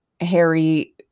Harry